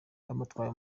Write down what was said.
bamutwaye